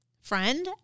friend